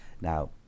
Now